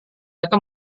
akan